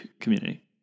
community